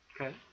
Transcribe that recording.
Okay